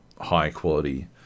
high-quality